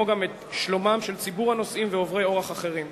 וגם את שלום ציבור הנוסעים ועוברי אורח אחרים.